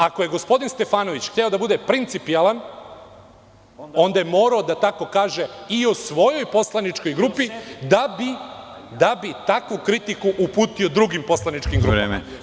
Ako je gospodin Stefanović hteo da bude principijelan onda je morao da tako kaže i o svojoj poslaničkoj grupi da bi takvu kritiku uputio drugim poslaničkim grupama.